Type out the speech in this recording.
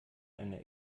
eine